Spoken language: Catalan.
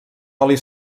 oli